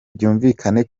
byumvikane